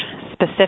specific